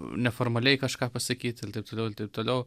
ne formaliai kažką pasakyt ir taip toliau ir taip toliau